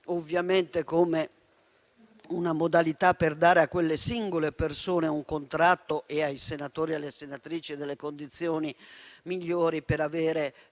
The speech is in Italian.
solo come una modalità per dare a quelle singole persone un contratto e ai senatori e alle senatrici delle condizioni migliori per avere